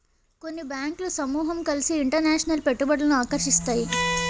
కొన్ని బ్యాంకులు సమూహం కలిసి ఇంటర్నేషనల్ పెట్టుబడులను ఆకర్షిస్తాయి